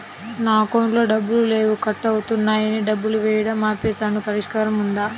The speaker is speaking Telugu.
నా అకౌంట్లో డబ్బులు లేవు కట్ అవుతున్నాయని డబ్బులు వేయటం ఆపేసాము పరిష్కారం ఉందా?